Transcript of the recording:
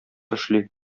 эшли